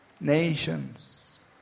Nations